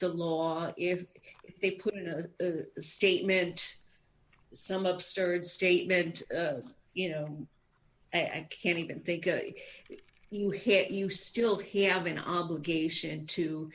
the law if they put in a statement some absurd statement you know i can't even think you hit you still have an obligation to